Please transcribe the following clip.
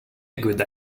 good